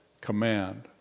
command